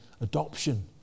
Adoption